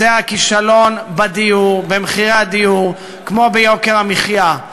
שזה הכישלון בדיור, במחירי הדיור וביוקר המחיה.